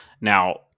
Now